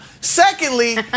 Secondly